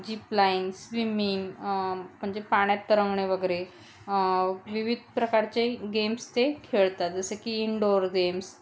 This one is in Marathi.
जीपलाईन्स स्विमिंग म्हणजे पाण्यात तरंगणे वगैरे विविध प्रकारचे गेम्स ते खेळतात जसं की इंडोर गेम्स